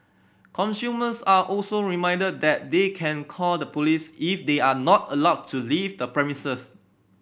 consumers are also reminded that they can call the police if they are not allowed to leave the premises